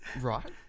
Right